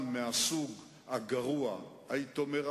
הייתי אומר,